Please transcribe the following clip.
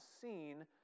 seen